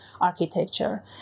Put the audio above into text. architecture